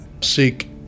seek